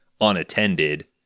unattended